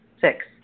Six